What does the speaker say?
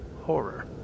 horror